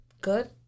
good